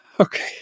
Okay